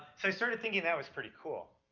so i started thinking that was pretty cool.